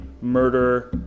murder